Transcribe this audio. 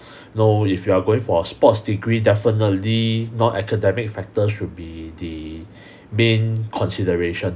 know if you are going for sports degree definitely non-academic factors should be the main consideration